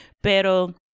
pero